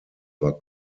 war